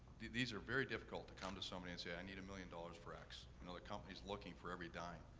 the these are very difficult to come to somebody and say i need a million dollars for x. you know, the company is looking for every dime.